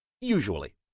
Usually